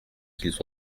qu’ils